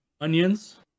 onions